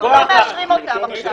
אנחנו לא מאשרים אותם עכשיו.